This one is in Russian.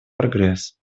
прогресс